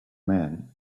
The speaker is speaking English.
man